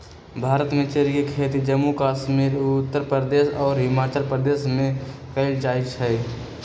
भारत में चेरी के खेती जम्मू कश्मीर उत्तर प्रदेश आ हिमाचल प्रदेश में कएल जाई छई